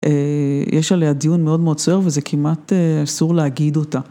יש עליה דיון מאוד מאוד סוער וזה כמעט אסור להגיד אותה.